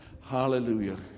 Hallelujah